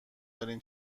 دارین